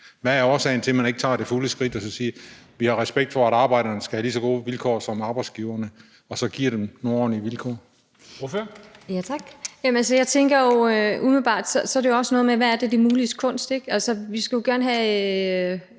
Hvad er årsagen til, at man ikke tager det fulde skridt og siger, at man har respekt for, at arbejderne skal have lige så gode vilkår som arbejdsgiverne, og så giver dem nogle ordentlige vilkår?